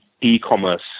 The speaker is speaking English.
e-commerce